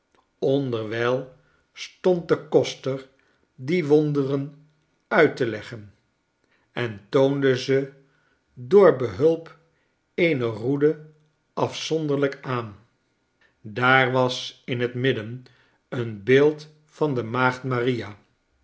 onderwijl stond de koster die wonderen uit te leggen en toonde ze door behulp eener roede afzonderlijk aan daar was in het midden een beeld van de maagd maria